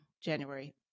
January